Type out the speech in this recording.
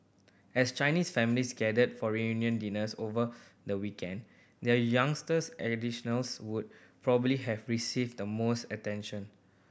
as Chinese families gathered for reunion dinners over the weekend their youngest would probably have received the most attention